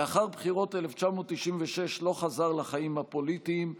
לאחר בחירות 1996 לא חזר לחיים הפוליטיים,